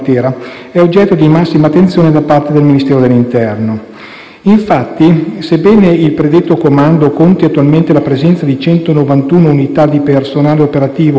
Infatti, sebbene il predetto comando conti attualmente la presenza di 191 unità di personale operativo a fronte di una dotazione teorica di 182,